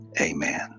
Amen